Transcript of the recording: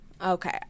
Okay